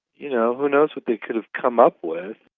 you know, who knows what they could've come up with.